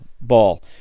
ball